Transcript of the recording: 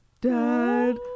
dad